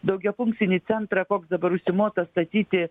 daugiafunkcinį centrą koks dabar užsimota statyti